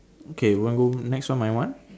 okay you want to go next one my one